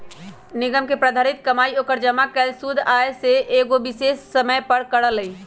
निगम के प्रतिधारित कमाई ओकर जमा कैल शुद्ध आय हई जे उ एगो विशेष समय पर करअ लई